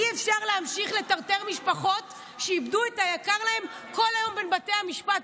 אי-אפשר להמשיך לטרטר משפחות שאיבדו את היקר להן כל היום בין בתי המשפט.